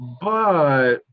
but-